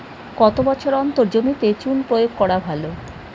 কত বছর অন্তর জমিতে চুন প্রয়োগ করা ভালো?